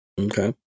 Okay